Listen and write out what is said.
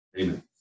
Amen